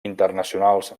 internacionals